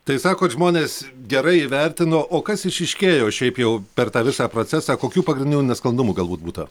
tai sakot žmonės gerai įvertino o kas išryškėjo šiaip jau per tą visą procesą kokių pagrindinių nesklandumų galbūt būta